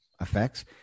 effects